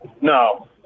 No